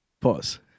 Pause